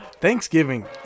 Thanksgiving